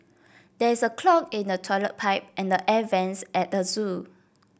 there is a clog in the toilet pipe and the air vents at the zoo